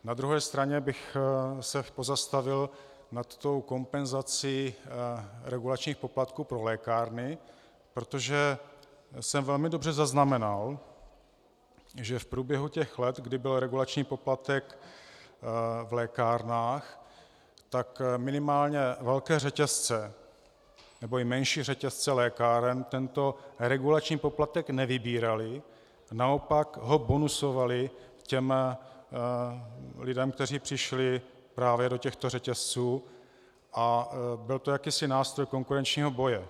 Na druhé straně bych se pozastavil nad kompenzací regulačních poplatků pro lékárny, protože jsem velmi dobře zaznamenal, že v průběhu let, kdy byl regulační poplatek v lékárnách, tak minimálně velké řetězce, nebo i menší řetězce lékáren tento regulační poplatek nevybíraly a naopak ho bonusovaly lidem, kteří přišli právě do těchto řetězců, a byl to jakýsi nástroj konkurenčního boje.